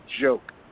joke